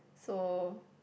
so